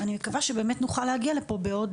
אני מקווה שבאמת נוכל להגיע לפה בעוד